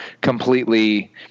completely